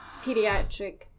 pediatric